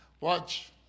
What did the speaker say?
Watch